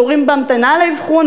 תורים בהמתנה לאבחון,